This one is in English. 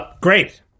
great